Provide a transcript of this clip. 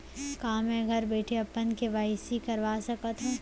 का मैं घर बइठे अपन के.वाई.सी करवा सकत हव?